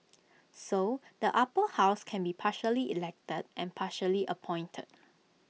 so the Upper House can be partially elected and partially appointed